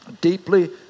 Deeply